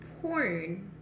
porn